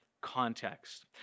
context